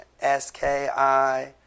S-K-I